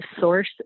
source